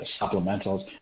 supplementals